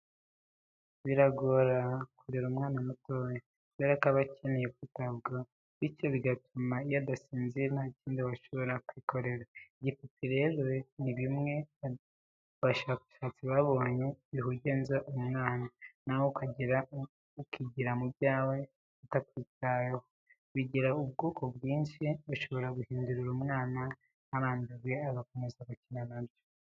Biragora kurera umwana mutoya, kubera ko aba akeneye kwitabwaho, bityo bigatuma iyo adasinziriye nta kindi washobora kwikorera. Ibipupe rero ni bimwe abashakashatsi babonye bihugenza umwana, nawe ukigira mu byawe atakwitayeho. Bigira ubwoko bwinshi ushobora guhinduranya umwana ntarambirwe agakomeza gukina na byo.